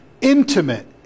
intimate